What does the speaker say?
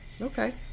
okay